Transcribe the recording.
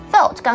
Felt